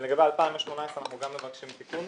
ולגבי 2018 אנחנו גם מבקשים תיקון.